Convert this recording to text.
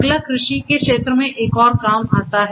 अगला कृषि के क्षेत्र में एक और काम आता है